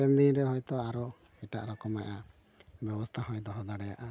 ᱦᱟᱯᱮᱱ ᱫᱤᱱ ᱨᱮ ᱦᱚᱭᱛᱚ ᱟᱨᱚ ᱮᱴᱟᱜ ᱨᱚᱠᱚᱢᱟᱜ ᱵᱮᱵᱚᱥᱛᱟ ᱦᱚᱭ ᱫᱚᱦᱚ ᱫᱟᱲᱮᱭᱟᱜᱼᱟ